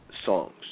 Songs